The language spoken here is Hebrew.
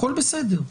הכול בסדר.